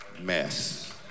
mess